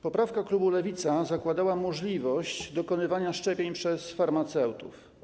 Poprawka klubu Lewica zakładała możliwość dokonywania szczepień przez farmaceutów.